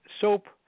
Soap